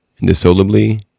indissolubly